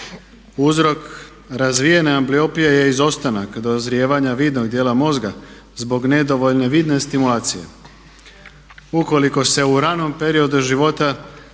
Uzrok razvijene ambliopije je izostanak dozrijevanja vidnog dijela mozga zbog nedovoljne vidne stimulacije. Ukoliko se u ranom periodu života